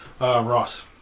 Ross